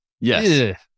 Yes